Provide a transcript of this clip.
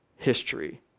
history